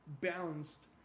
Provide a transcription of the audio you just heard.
balanced